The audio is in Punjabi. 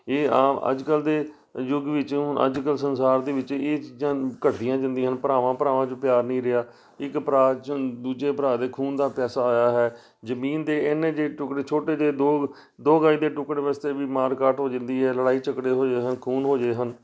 ਇਹ ਆਮ ਅੱਜ ਕੱਲ੍ਹ ਦੇ ਯੁੱਗ ਵਿੱਚੋਂ ਹੁਣ ਅੱਜ ਕਲ੍ਹ ਸੰਸਾਰ ਦੇ ਵਿੱਚ ਇਹ ਚੀਜ਼ਾਂ ਘਟਦੀਆਂ ਜਾਂਦੀਆਂ ਹਨ ਭਰਾਵਾਂ ਭਰਾਵਾਂ 'ਚ ਪਿਆਰ ਨਹੀਂ ਰਿਹਾ ਇੱਕ ਭਰਾ ਦੂਜੇ ਭਰਾ ਦੇ ਖੂਨ ਦਾ ਪਿਆਸਾ ਹੋਇਆ ਹੈ ਜ਼ਮੀਨ ਦੇ ਇੰਨੇ ਜਿਹੇ ਟੁਕੜੇ ਛੋਟੇ ਜਿਹੇ ਦੋ ਦੋ ਗਜ਼ ਦੇ ਟੁਕੜੇ ਵਾਸਤੇ ਵੀ ਮਾਰਕਾਟ ਹੋ ਜਾਂਦੀ ਹੈ ਲੜਾਈ ਝਗੜੇ ਹੋਜੇ ਹਨ ਖੂਨ ਹੋਜੇ ਹਨ